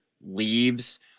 leaves